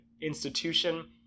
institution